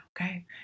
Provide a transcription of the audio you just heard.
okay